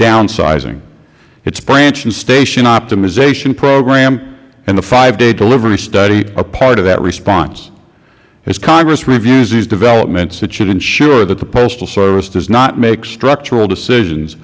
downsizing its branch and station optimization program and the five day delivery study are part of that response as congress reviews these developments it should ensure that the postal service does not make structural decisions